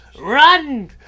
run